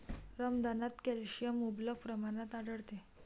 रमदानात कॅल्शियम मुबलक प्रमाणात आढळते